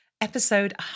episode